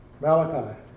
Malachi